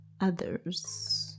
others